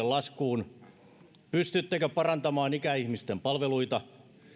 laskuun pystyttekö parantamaan ikäihmisten palveluita